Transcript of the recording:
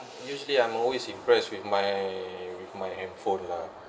usually I'm always impressed with my with my handphone lah